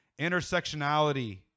intersectionality